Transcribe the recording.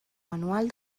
anual